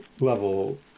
level